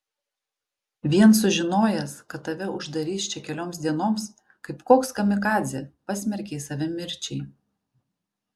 vien sužinojęs kad tave uždarys čia kelioms dienoms kaip koks kamikadzė pasmerkei save mirčiai